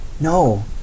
No